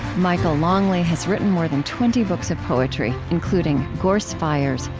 michael longley has written more than twenty books of poetry including gorse fires,